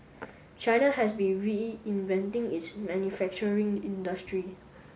China has been reinventing its manufacturing industry